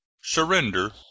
surrender